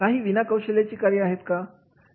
काही विना कौशल्याची कार्य आहे